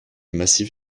massif